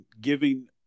giving